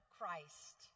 Christ